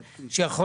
הם לא רוצים אותנו",